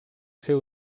ser